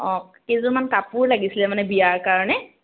অঁ কেইযোৰমান কাপোৰ লাগিছিলে মানে বিয়াৰ কাৰণে